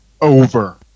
over